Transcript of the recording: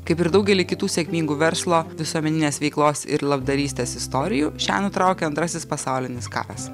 kaip ir daugelį kitų sėkmingų verslo visuomeninės veiklos ir labdarystės istorijų šią nutraukė antrasis pasaulinis karas